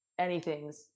anythings